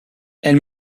elles